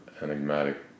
enigmatic